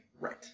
Right